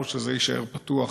או שזה יישאר פתוח